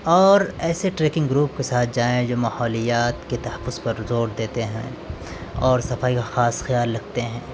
اور ایسے trekking group کے ساتھ جائیں جو ماحولیات کے تحفظ پر زور دیتے ہیں اور صفائی کا خاص خیال رکھتے ہیں